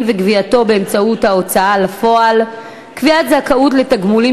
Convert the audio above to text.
וגבייתו באמצעות ההוצאה לפועל (קביעת זכאות לתגמולים